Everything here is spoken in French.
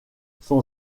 son